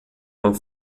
uma